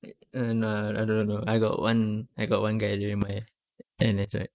like uh no lah no no no I got one I got one guy during my N_S right